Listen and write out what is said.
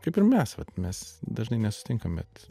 kaip ir mes vat mes dažnai nesutinkam bet